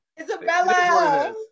Isabella